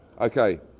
Okay